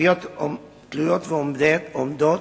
התביעות תלויות ועומדות,